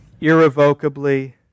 irrevocably